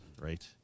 right